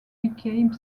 became